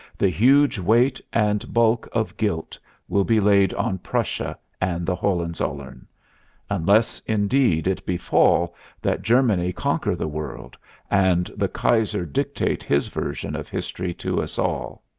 the huge weight and bulk of guilt will be laid on prussia and the hohenzollern unless, indeed, it befall that germany conquer the world and the kaiser dictate his version of history to us all,